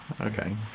okay